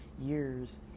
years